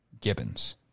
Gibbons